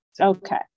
Okay